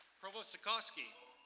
provost zukoski,